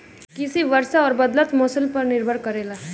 कृषि वर्षा और बदलत मौसम पर निर्भर करेला